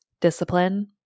discipline